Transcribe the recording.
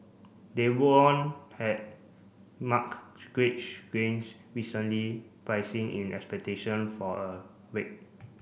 they won had marked gains recently pricing in expectation for a rate